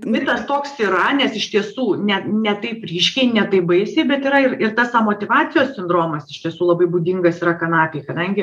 mitas toks yra nes iš tiesų ne ne taip ryškiai ne taip baisiai bet yra ir ir tas amotyvacijos sindromas iš tiesų labai būdingas yra kanapei kadangi